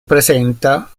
presenta